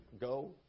go